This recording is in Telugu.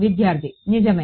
విద్యార్థి నిజమే